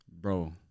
Bro